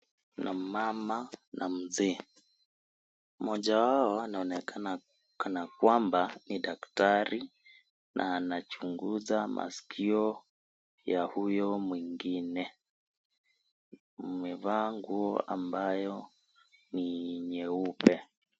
Kuna mama na mzee. Moja wao anaonekana kana kwamba ni daktari na anachunguza masikio ya huyo mwingine. Amevaa nguo ambayo ni nyeupe.